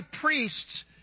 priest's